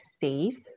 safe